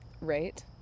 right